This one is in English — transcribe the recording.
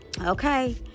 okay